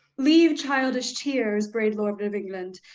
leave childish tears, brave lords of england,